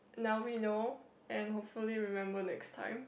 now we know and hopefully remember next time